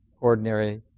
ordinary